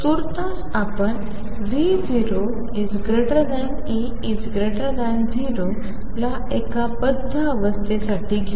तूर्तास आपण V0E0 ला एका बाध्य अवस्थेसाठी घेऊ